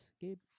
Gabe